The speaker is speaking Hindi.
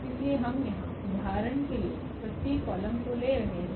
इसलिए हम यहां उदाहरण के लिए प्रत्येक कॉलम को ले रहे हैं